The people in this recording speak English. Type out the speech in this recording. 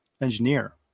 engineer